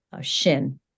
shin